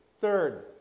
Third